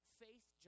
faith